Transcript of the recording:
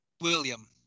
William